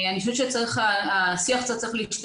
אני חושבת שהשיח צריך קצת להשתנות.